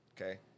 okay